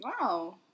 Wow